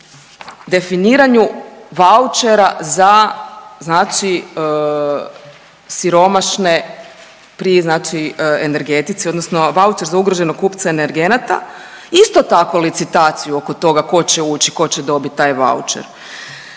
definiraju vaučera za znači siromašne, pri, znači energetici odnosno vaučer za ugroženog kupca energenata, isto tako, licitaciju oko toga tko će ući, tko će dobit taj vaučer.